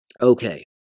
Okay